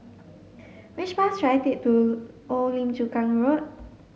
which bus should I take to Old Lim Chu Kang Road